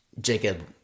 Jacob